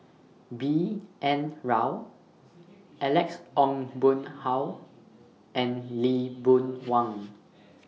B N Rao Alex Ong Boon Hau and Lee Boon Wang